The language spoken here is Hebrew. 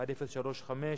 שאילתא 1035,